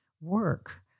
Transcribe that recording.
work